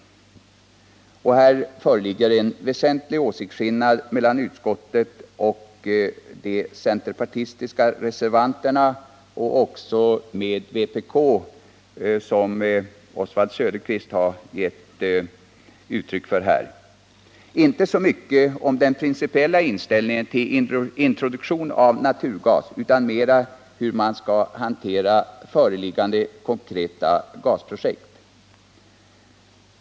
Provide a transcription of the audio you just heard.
Här föreligger en väsentlig åsiktsskillnad mellan å ena sidan utskottet och å andra sidan de centerpartistiska reservanterna och även vpk, vars uppfattning Oswald Söderqvist här gett uttryck för. Skillnaden gäller inte så mycket den principiella inställningen till introduktion av naturgas, utan mera hur man skall hantera föreliggande konkreta gasprojekt.